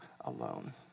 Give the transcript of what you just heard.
alone